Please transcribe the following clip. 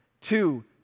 Two